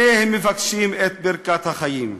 שניהם מבקשים את ברכת החיים.